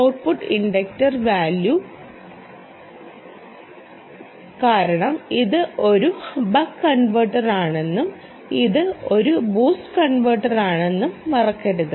output inductor value കാരണം ഇത് ഒരു ബക്ക് കൺവെർട്ടറാണെന്നും ഇത് ഒരു ബൂസ്റ്റ് കൺവെർട്ടറാണെന്നും മറക്കരുത്